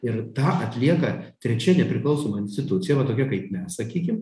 ir tą atlieka trečia nepriklausoma institucija va tokia kaip mes sakykim